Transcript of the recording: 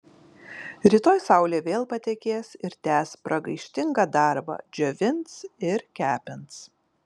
rytoj saulė vėl patekės ir tęs pragaištingą darbą džiovins ir kepins